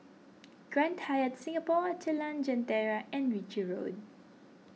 Grand Hyatt Singapore Jalan Jentera and Ritchie Road